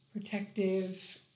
protective